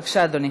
בבקשה, אדוני.